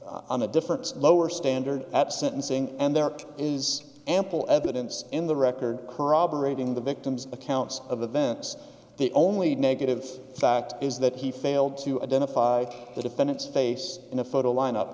on a different lower standard at sentencing and there is ample evidence in the record corroborating the victim's accounts of events the only negative fact is that he failed to identify the defendant's face in a photo lineup